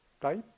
type